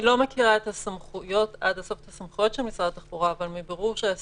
אני לא מכירה עד הסוף את הסמכויות של משרד התחבורה אבל מבירור שעשינו,